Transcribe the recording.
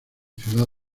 ciudad